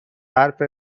حرفت